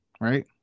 Right